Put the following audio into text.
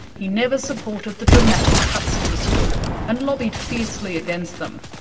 he never supported the dramatic cuts to the school and lobbied fiercely against them.